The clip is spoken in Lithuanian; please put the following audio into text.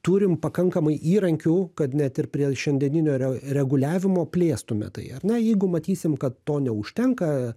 turim pakankamai įrankių kad net ir prie šiandieninio reguliavimo plėstume tai ar ne jeigu matysim kad to neužtenka